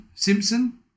Simpson